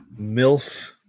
MILF